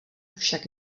však